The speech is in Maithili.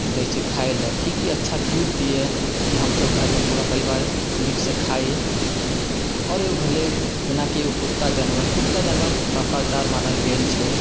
दे छै खायलऽ कि की अच्छा दूध दिअ कि हमसभ घरमे पूरा परिवार नीकसँ खाइ आओर एकगो भेले जेनाकि कुत्ता जानवर कुत्ता जानवर वफादार मानल गेल छै